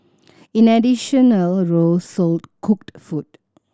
in additional row sold cooked food